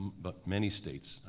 but many states,